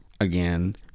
again